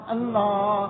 Allah